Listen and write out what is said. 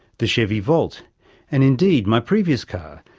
the chevy volt and indeed my previous car,